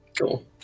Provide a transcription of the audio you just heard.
cool